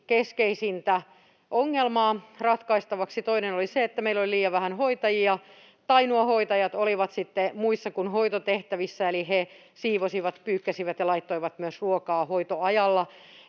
keskeisintä ongelmaa ratkaistavaksi. Toinen oli se, että meillä oli liian vähän hoitajia, ja toinen, että nuo hoitajat olivat sitten muissa kuin hoitotehtävissä eli he siivosivat, pyykkäsivät ja laittoivat myös ruokaa hoitoajalla.